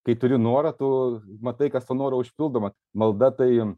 kai turi norą tu matai kad tuo noru užpildoma malda tai